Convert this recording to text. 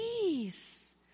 peace